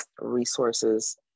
resources